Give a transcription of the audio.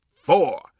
four